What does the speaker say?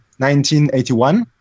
1981